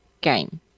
game